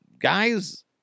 guys